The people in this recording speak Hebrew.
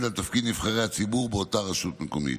על תפקיד נבחרי הציבורי באותה רשות מקומית.